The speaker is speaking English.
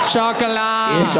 Chocolate